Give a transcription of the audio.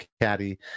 caddy